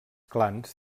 clans